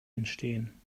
entstehen